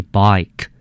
bike